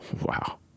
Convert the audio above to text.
Wow